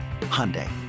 Hyundai